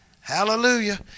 Hallelujah